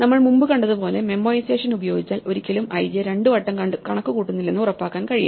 നമ്മൾ മുമ്പ് കണ്ടതുപോലെ മെമ്മോഐസേഷൻ ഉപയോഗിച്ചാൽ ഒരിക്കലും i j രണ്ടു വട്ടം കണക്കുകൂട്ടുന്നില്ലെന്ന് ഉറപ്പാക്കാൻ കഴിയും